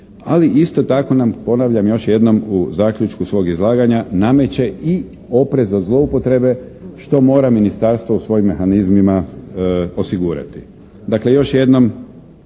Ali isto tako nam, ponavljam još jednom u zaključku svog izlaganja, nameće i oprez od zloupotrebe što mora ministarstvo u svojim mehanizmima osigurati.